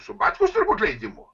su batkos turbūt leidimu